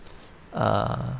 err